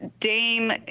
Dame